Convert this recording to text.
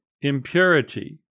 impurity